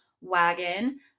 wagon